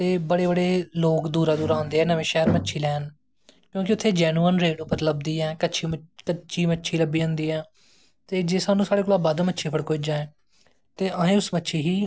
ते बड़े बड़े दूरा दा लोग आंदे ऐं मच्छी लैन क्योंकि उत्तें जैनुअन रेट उप्पर लभदी ऐ कच्ची मच्छी कच्ची मच्छी लब्भी जंदा ते जे साढ़े कोला दा बद्ध मच्छी फड़कोई जाए त् अस इस मच्छी गी